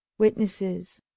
WITNESSES